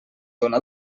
dóna